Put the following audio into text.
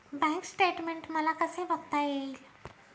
Bank statement मला कसे बघता येईल?